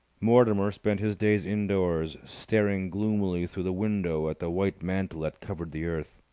mortimer spent his days indoors, staring gloomily through the window at the white mantle that covered the earth.